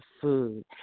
food